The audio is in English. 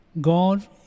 God